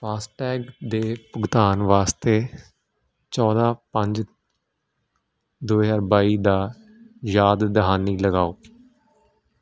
FASTag ਦੇ ਭੁਗਤਾਨ ਵਾਸਤੇ ਚੌਦ੍ਹਾਂ ਪੰਜ ਦੋ ਹਜ਼ਾਰ ਬਾਈ ਦਾ ਯਾਦ ਦਹਾਨੀ ਲਗਾਓ